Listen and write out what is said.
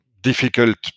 difficult